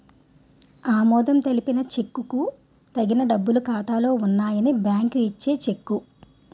ఆమోదం తెలిపిన చెక్కుకు తగిన డబ్బులు ఖాతాలో ఉన్నాయని బ్యాంకు ఇచ్చే చెక్కు